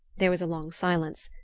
there was a long silence.